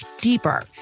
deeper